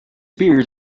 beers